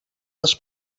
les